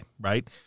right